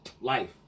Life